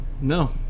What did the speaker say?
No